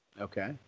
Okay